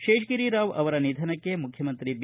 ಶೇಷಗಿರಿರಾವ್ ಅವರ ನಿಧನಕ್ಕೆ ಮುಖ್ಯಮಂತ್ರಿ ಬಿ